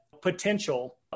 potential